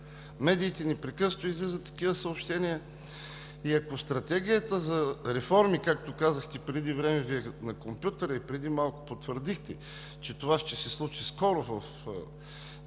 медиите непрекъснато излизат такива съобщения. И ако стратегията за реформи, както казахте преди време, Ви е на компютъра, преди малко потвърдихте, че това ще се случи скоро, в